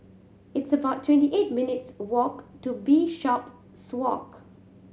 it's about twenty eight minutes' walk to Bishopswalk